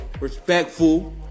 respectful